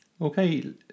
Okay